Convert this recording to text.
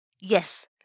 Yes